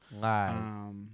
Lies